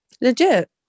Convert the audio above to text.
Legit